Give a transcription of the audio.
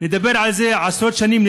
נדבר על זה עשרות שנים,